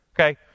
Okay